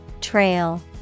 Trail